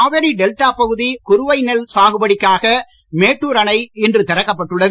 Kaveri delta பகுதி குறுவை நெல் சாகுபடிக்காக மேட்டூர் அணை இன்று திறக்கப் பட்டுள்ளது